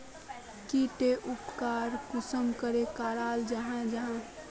की टेर उपकरण कुंसम करे कराल जाहा जाहा?